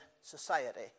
society